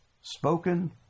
spoken